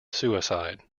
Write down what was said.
suicide